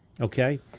Okay